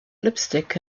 lipstick